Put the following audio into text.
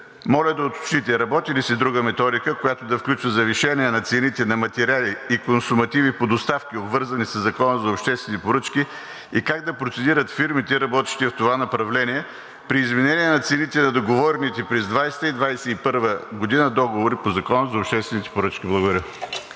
моля да уточните работи ли се друга методика, която да включва завишение на цените на материали и консумативи по доставки, обвързани със Закона за обществените поръчки, и как да процедират фирмите, работещи в това направление при изменение на цените на договорените през 2020-а и 2021 г. договори по Закона за обществени поръчки? Благодаря.